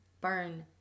burn